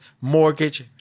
mortgage